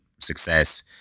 success